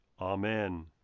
Amen